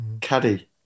Caddy